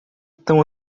tão